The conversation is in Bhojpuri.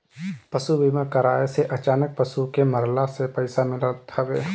पशु बीमा कराए से अचानक पशु के मरला से पईसा मिलत हवे